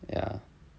ya